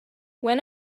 when